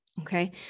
okay